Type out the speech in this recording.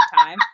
time